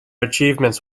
achievements